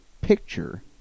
picture